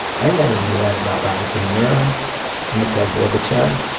i never knew that about robert de niro or mikhail gorbachev.